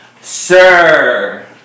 sir